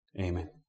Amen